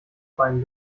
bein